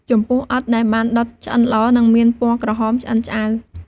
ចំពោះ ឥដ្ឋ ដែលដុតបានឆ្អិនល្អ នឹងមានពណ៌ក្រហមឆ្អិនឆ្អៅ។